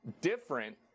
different